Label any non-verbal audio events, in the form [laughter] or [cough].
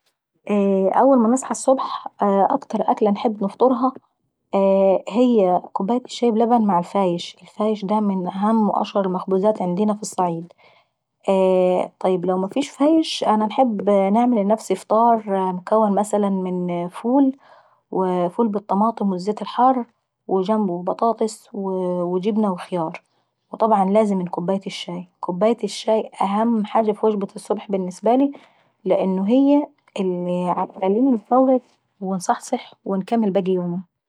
اول ما نصحى الصبح اكتر اكلة انحب نفطرها هي الفايش. الفايش من اهم واشهر المخبوزات عندينا في الصعيد. لو مافيش فايش باعمل لنفسي فطار مكون من مثلا فول وفول بالطماطم والزيت الحار وجنبه بطاطس وجبنة وخيار، وطبعا جنبه كوباية الشاي. كوباية الشاي اهم حاجة في وجبة الصبح بالنسبة [hesitation] لأانه هي بتخليني انفوق ونصحصح ونكمل باقي يوماي.